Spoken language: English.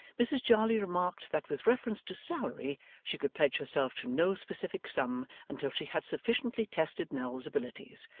mrs jarley remarked that with reference to salary she could pledge herself to no specific sum until she had sufficiently tested nell's abilities,